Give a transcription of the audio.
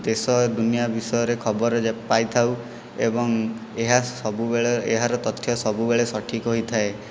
ଦେଶ ଦୁନିଆ ବିଷୟରେ ଖବର ପାଇଥାଉ ଏବଂ ଏହା ସବୁବେଳେ ଏହାର ତଥ୍ୟ ସବୁବେଳେ ସଠିକ୍ ହୋଇଥାଏ